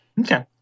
Okay